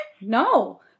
No